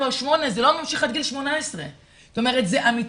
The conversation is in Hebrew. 7 או 8. זה לא ממשיך עד גיל 18. זה אמיתי